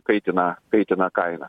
kaitina kaitina kainą